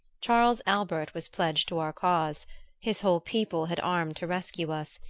charles albert was pledged to our cause his whole people had armed to rescue us,